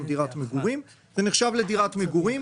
דירת מגורים זה נחשב לדירת מגורים,